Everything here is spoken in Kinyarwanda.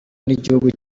n’igihugu